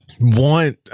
want